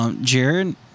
Jared